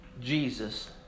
Jesus